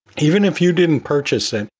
even if you didn't purchase and